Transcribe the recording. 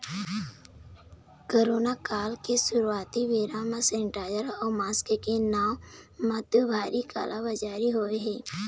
corona काल के शुरुआती बेरा म सेनीटाइजर अउ मास्क के नांव म तो भारी काला बजारी होय हे